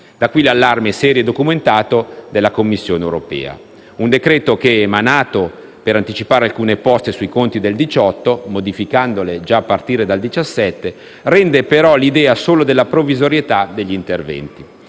Da qui l'allarme, serio e documentato, della Commissione europea. Un provvedimento che, emanato per anticipare alcune poste sui conti del 2018, modificandole a partire dal 2017, rende però l'idea solo della provvisorietà degli interventi.